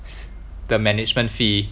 s~ the management fee